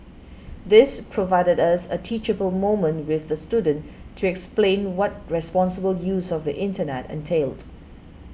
this provided us a teachable moment with the student to explain what responsible use of the Internet entailed